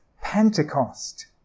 Pentecost